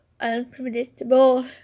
unpredictable